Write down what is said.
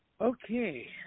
Okay